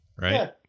Right